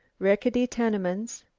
rickety tenements,